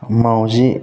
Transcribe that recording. माउजि